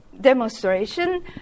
demonstration